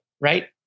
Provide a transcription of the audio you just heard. right